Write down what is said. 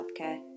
Healthcare